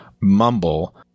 Mumble